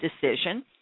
decision